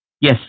Yes